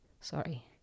Sorry